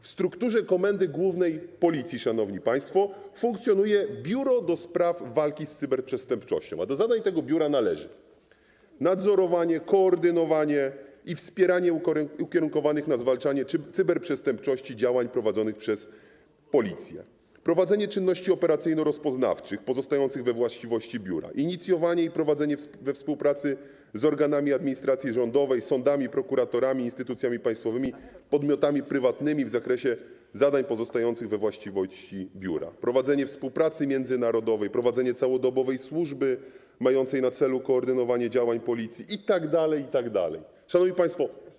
W strukturze Komendy Głównej Policji, szanowni państwo, funkcjonuje Biuro do Walki z Cyberprzestępczością, a do zadań tego biura należy: nadzorowanie, koordynowanie i wspieranie ukierunkowanych na zwalczanie cyberprzestępczości działań prowadzonych przez Policję; prowadzenie czynności operacyjno-rozpoznawczych pozostających we właściwości biura; inicjowanie i prowadzenie współpracy z organami administracji rządowej, sądami, prokuratorami, instytucjami państwowymi, podmiotami prywatnymi w zakresie zadań pozostających we właściwości biura; prowadzenie współpracy międzynarodowej; prowadzenie całodobowej służby mającej na celu koordynowanie działań Policji itd. Szanowni Państwo!